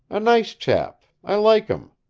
a nice chap. i like him.